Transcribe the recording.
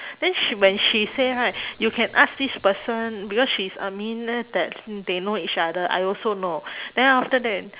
then sh~ when she say right you can ask this person because she's admin leh that they know each other I also know then after that